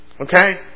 Okay